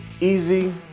Easy